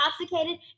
intoxicated